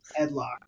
Headlock